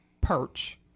perch